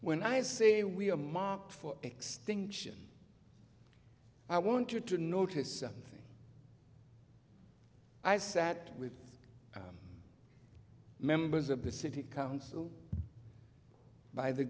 when i say we are marked for extinction i want you to notice something i sat with members of the city council by the